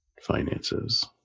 finances